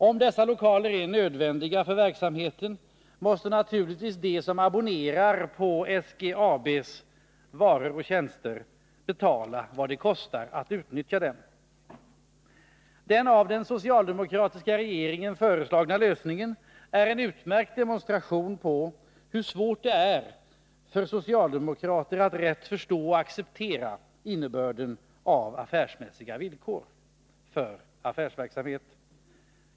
Om dessa lokaler är nödvändiga för verksamheten, måste naturligtvis de som abonnerar på SGAB:s varor och tjänster betala vad det kostar att utnyttja dem. Den av den socialdemokratiska regeringen föreslagna lösningen är en utmärkt demonstration på hur svårt det är för socialdemokrater att rätt förstå och acceptera innebörden av affärsmässiga villkor för affärsverksamhet.